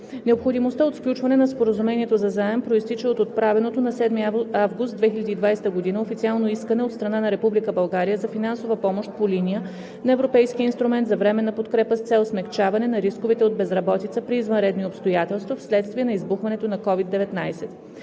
Необходимостта от сключване на Споразумението за заем произтича от отправеното на 7 август 2020 г. официално искане от страна на Република България за финансова помощ по линия на Европейския инструмент за временна подкрепа с цел смекчаване на рисковете от безработица при извънредни обстоятелства (SURE) вследствие на избухването на COVID-19.